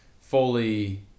fully